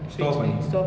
stop பண்ணி:panni